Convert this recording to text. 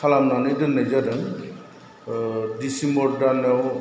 खालामनानै दोननाय जादों ओह दिसेम्बर दानाव